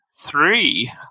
Three